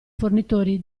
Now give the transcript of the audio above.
fornitori